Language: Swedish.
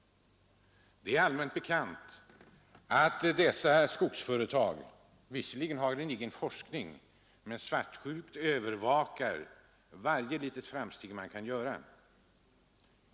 Det är allmänt bekant att skogsföretagen visserligen har en egen forskning men svartsjukt övervakar varje litet framsteg som kan göras.